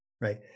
Right